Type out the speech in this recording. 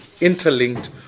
interlinked